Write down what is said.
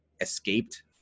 escaped